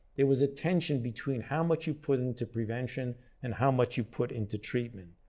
there was a tension between how much you put into prevention and how much you put into treatment.